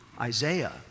Isaiah